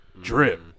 Drip